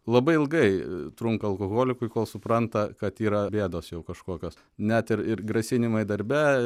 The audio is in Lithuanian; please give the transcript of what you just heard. labai ilgai trunka alkoholikui kol supranta kad yra bėdos jau kažkokios net ir ir grasinimai darbe